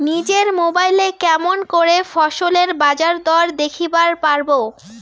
নিজের মোবাইলে কেমন করে ফসলের বাজারদর দেখিবার পারবো?